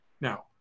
Now